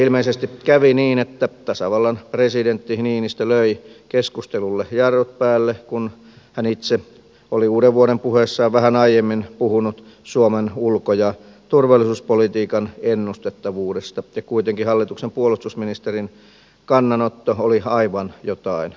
ilmeisesti kävi niin että tasavallan presidentti niinistö löi keskustelulle jarrut päälle kun hän itse oli uudenvuodenpuheessaan vähän aiemmin puhunut suomen ulko ja turvallisuuspolitiikan ennustettavuudesta ja kuitenkin hallituksen puolustusministerin kannanotto oli aivan jotain muuta